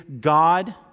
God